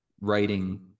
writing